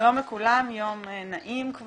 שלום לכולם, יום נעים.